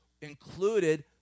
included